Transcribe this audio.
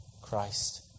Christ